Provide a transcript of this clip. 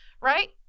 right